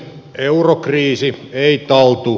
eurokriisi ei taltu